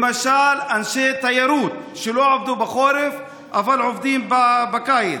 למשל אנשי תיירות שלא עבדו בחורף אבל עובדים בקיץ,